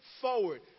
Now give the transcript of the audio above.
forward